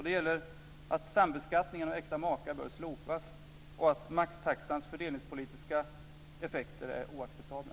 Det gäller att sambeskattningen av äkta makar bör slopas och att maxtaxans fördelningspolitiska effekter är oacceptabla.